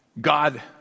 God